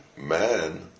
Man